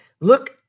look